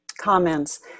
comments